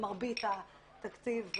מרבית התקציב,